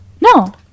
No